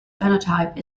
phenotype